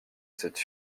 cette